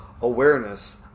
awareness